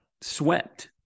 swept